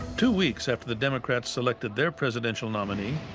two weeks after the democrats elected their presidential nominee,